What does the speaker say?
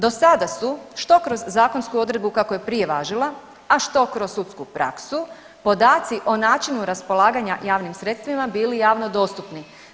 Dosada su što kroz zakonsku odredbu kako je prije važila, a što kroz sudsku praksu podaci o načinu raspolaganja javnim sredstvima bili javno dostupni.